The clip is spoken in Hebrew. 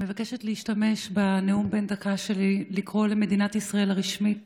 אני מבקשת להשתמש בנאום בן הדקה שלי לקרוא למדינת ישראל הרשמית